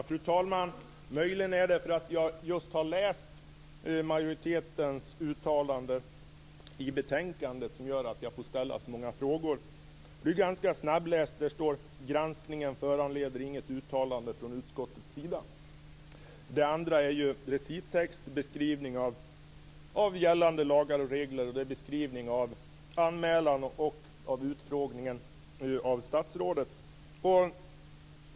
Fru talman! Möjligen är det därför att jag just har läst majoritetens uttalande i betänkandet som jag får ställa så många frågor. Det är ganska snabbläst. Det står: "Granskningen föranleder inget uttalande från utskottets sida." Det andra är recittext, en beskrivning av gällande lagar och regler och en beskrivning av anmälan och utfrågningen av statsrådet.